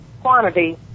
quantity